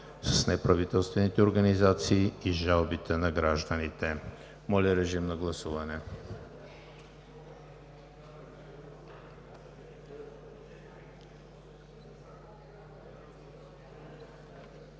с неправителствените организации и жалбите на гражданите.“ Моля, гласувайте.